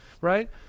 right